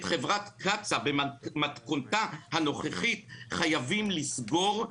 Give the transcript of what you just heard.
את חברת קצא"א במתכונתה הנוכחית חייבים לסגור,